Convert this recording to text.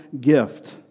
gift